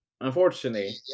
Unfortunately